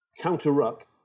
counter-ruck